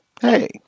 hey